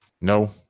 No